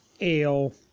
ale